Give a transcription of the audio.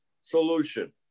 solution